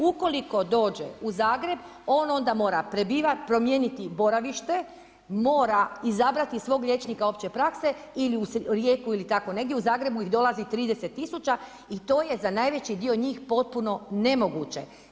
Ukoliko dođe u Zagreb, on onda mora prebivat, promijeniti boravište, mora izabrati svog liječnika opće prakse ili u Rijeku ili tako negdje, u Zagrebu ih dolazi 30 000 i to je za najveći dio njih potpuno nemoguće.